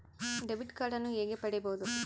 Debit ಕಾರ್ಡನ್ನು ಹೇಗೆ ಪಡಿಬೋದು?